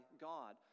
God